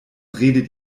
redet